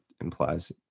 implies